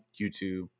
YouTube